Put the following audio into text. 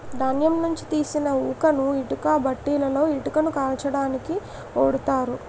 ధాన్యం నుంచి తీసిన ఊకను ఇటుక బట్టీలలో ఇటుకలను కాల్చడానికి ఓడుతారు